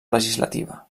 legislativa